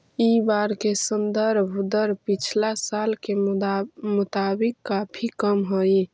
इ बार के संदर्भ दर पिछला साल के मुताबिक काफी कम हई